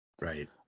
right